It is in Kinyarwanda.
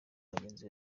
bagenzi